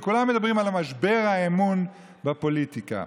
וכולם מדברים על משבר האמון בפוליטיקה.